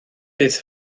bydd